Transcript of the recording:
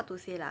hard to say lah